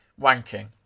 wanking